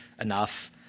enough